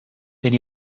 wenn